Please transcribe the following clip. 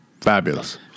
Fabulous